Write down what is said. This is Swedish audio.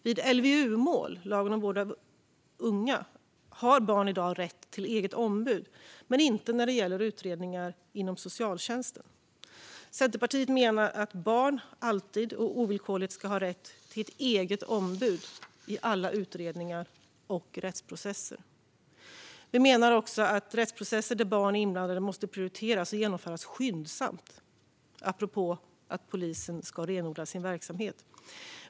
Vid LVU-mål, mål enligt lagen om vård av unga, har barn i dag rätt till eget ombud men inte när det gäller utredningar inom socialtjänsten. Centerpartiet menar att barn alltid och ovillkorligen ska ha rätt till ett eget ombud i alla utredningar och rättsprocesser. Vi menar också att rättsprocesser där barn är inblandade måste prioriteras och genomföras skyndsamt, apropå att polisen ska renodla sin verksamhet.